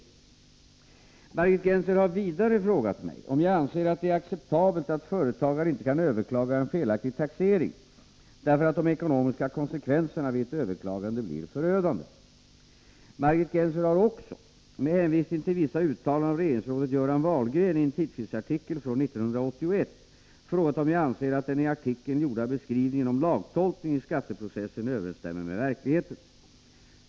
Margit Gennser har vidare frågat mig om jag anser att det är acceptabelt att företagare inte kan överklaga en felaktig taxering, därför att de ekonomiska konsekvenserna vid ett överklagande blir förödande. Margit Gennser har också — med hänvisning till vissa uttalanden av regeringsrådet Göran Wahlgren en tidskriftsartikel från 1981 — frågat om jag anser att den i artikeln gjorda beskrivningen om lagtolkning i skatteprocessen överensstämmer med verkligheten.